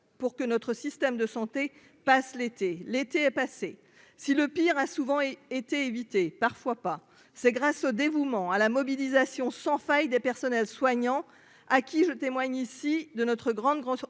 pour que notre système de santé passe l'été, l'été est passé si le pire a souvent été évitée, parfois pas, c'est grâce au dévouement à la mobilisation sans faille des personnels soignants à qui je témoigne ici de notre grande grande